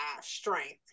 strength